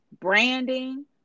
branding